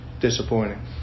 Disappointing